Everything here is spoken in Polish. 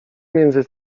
między